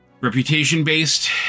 reputation-based